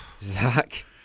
Zach